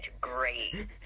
great